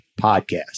podcast